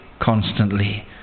constantly